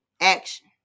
action